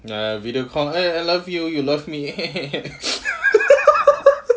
ya ya video call eh I love you you love me